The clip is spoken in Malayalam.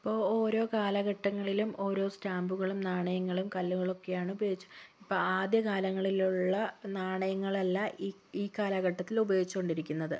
ഇപ്പോൾ ഓരോ കലഘട്ടങ്ങളിലും ഓരോ സ്റ്റാമ്പുകളും നാണയങ്ങളും കല്ലുകൾ ഒക്കെയാണ് ഉപയോഗിച്ച് ഇപ്പോൾ ആദ്യ കാലങ്ങളിലുള്ള നാണയങ്ങൾ അല്ല ഈ ഈ കാലഘട്ടത്തിൽ ഉപയോഗിച്ചു കൊണ്ട് ഇരിക്കുന്നത്